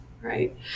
right